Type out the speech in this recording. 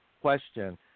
question